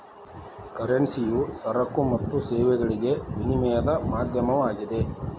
ಕರೆನ್ಸಿಯು ಸರಕು ಮತ್ತು ಸೇವೆಗಳಿಗೆ ವಿನಿಮಯದ ಮಾಧ್ಯಮವಾಗಿದೆ